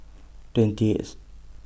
twenty eighth